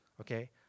Okay